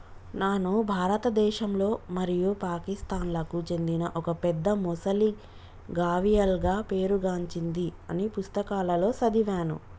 నాను భారతదేశంలో మరియు పాకిస్తాన్లకు చెందిన ఒక పెద్ద మొసలి గావియల్గా పేరు గాంచింది అని పుస్తకాలలో సదివాను